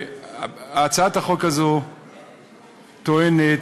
הצעת החוק הזו טוענת